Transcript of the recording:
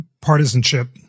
partisanship